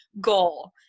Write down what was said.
goal